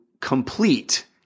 complete